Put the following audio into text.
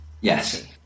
Yes